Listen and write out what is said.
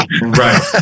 Right